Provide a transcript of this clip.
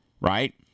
right